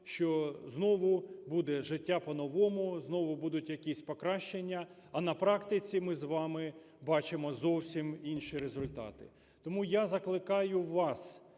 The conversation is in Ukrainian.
що знову буде життя "по-новому", знову будуть якісь покращення, а на практиці ми з вами бачимо зовсім інші результати. Тому я закликаю вас